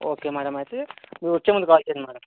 okay madam అయితే మీరు వచ్చే ముందు కాల్ చేయండి మ్యాడం